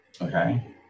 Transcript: Okay